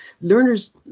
Learners